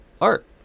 Art